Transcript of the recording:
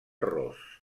ros